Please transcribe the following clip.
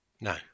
No